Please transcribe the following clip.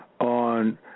on